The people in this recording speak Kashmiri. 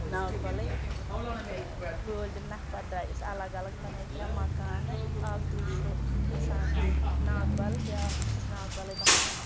ناگ بَلَے تہٕ وٲلۍ تِم نَکھ پَتہٕ درٛایہِ أسۍ الگ الگ بَنٲیے ترٛےٚ مکانہٕ اَکھ درٛاوٕے چھُ بَسان ییٚتہِ ناگ بَل بیٛاکھ تہِ چھُ ناگ بَلَے بَسان